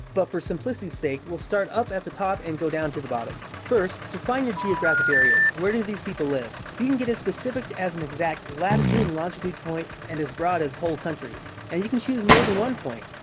but for simplicity's sake, we'll start up at the top and go down to the bottom. first, to find your geographic areas, where do these people live? you can get as specific as an exact latitude and longitude point and as broad as whole countries. and you can choose more than one point.